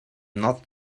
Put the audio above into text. not